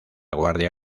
guardia